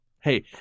hey